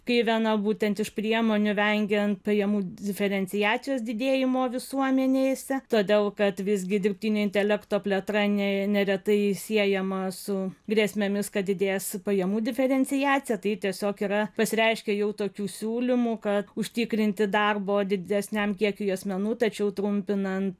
kai viena būtent iš priemonių vengiant pajamų diferenciacijos didėjimo visuomenėse todėl kad visgi dirbtinio intelekto plėtra ne neretai siejama su grėsmėmis kad didės pajamų diferenciacija tai tiesiog yra pasireiškia jau tokių siūlymų kad užtikrinti darbo didesniam kiekiui asmenų tačiau trumpinant